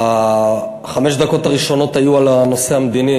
חמש הדקות הראשונות היו על הנושא המדיני.